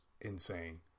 insane